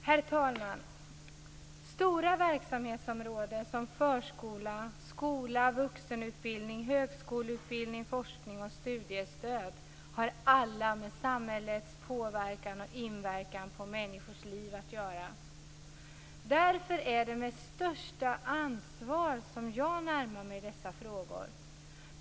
Herr talman! Stora verksamhetsområden som förskola, skola, vuxenutbildning, högskoleutbildning, forskning och studiestöd har alla med samhällets påverkan och inverkan på människors liv att göra. Därför är det med största ansvar som jag närmar mig dessa frågor.